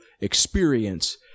Experience